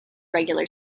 regular